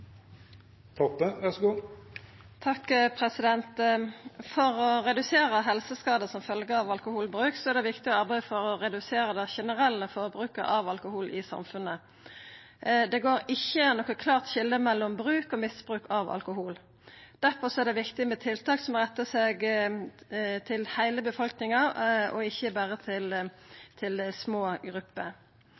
For å redusera helseskadar som følgjer av alkoholbruk er det viktig å arbeida for å redusera det generelle forbruket av alkohol i samfunnet. Det går ikkje noko klart skilje mellom bruk og misbruk av alkohol. Difor er det viktig med tiltak som rettar seg til heile befolkninga og ikkje berre til små grupper.